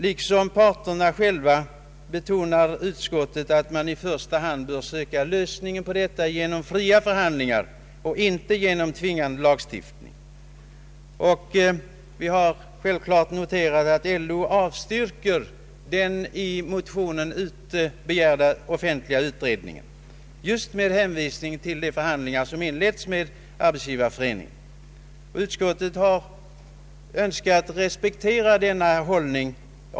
Liksom parterna själva betonar utskottet att man i första hand bör söka lösningen på detta genom fria förhandlingar och inte genom tvingande lagstiftning. Vi har noterat att LO avstyrker den i motionerna begärda offentliga utredningen med hänsyn till de förhandlingar som inletts med Arbetsgivareföreningen, Utskottet har respekterat denna hållning.